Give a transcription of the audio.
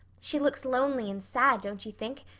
she looks lonely and sad, don't you think?